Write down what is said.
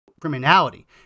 criminality